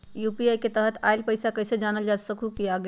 UPI के तहत आइल पैसा कईसे जानल जा सकहु की आ गेल?